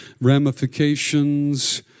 ramifications